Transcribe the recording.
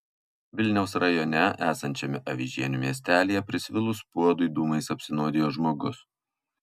vilniaus rajone esančiame avižienių miestelyje prisvilus puodui dūmais apsinuodijo žmogus